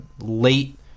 late